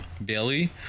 Belly